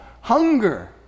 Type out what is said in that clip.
hunger